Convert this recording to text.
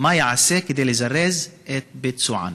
2. מה ייעשה כדי לזרז את ביצוען?